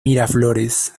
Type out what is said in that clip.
miraflores